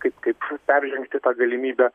kaip kaip peržengti tą galimybę